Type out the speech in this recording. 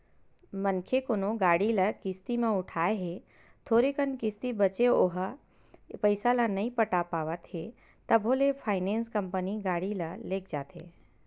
मनखे कोनो गाड़ी ल किस्ती म उठाय हे थोरे कन किस्ती बचें ओहा पइसा ल नइ पटा पावत हे तभो ले फायनेंस कंपनी गाड़ी ल लेग जाथे